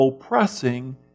oppressing